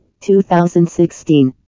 2016